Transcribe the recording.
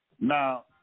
Now